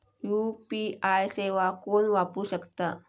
UPI सेवा कोण वापरू शकता?